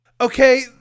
Okay